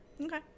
okay